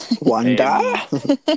Wanda